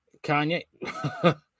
Kanye